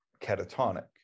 catatonic